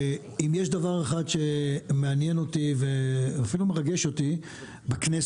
ואם יש דבר אחד שמעניין אותי ואפילו מרגש אותי בכנסת,